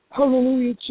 Hallelujah